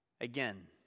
Again